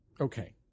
Okay